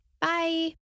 Bye